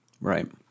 right